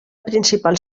principal